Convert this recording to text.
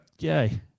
Yay